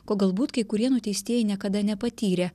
ko galbūt kai kurie nuteistieji niekada nepatyrė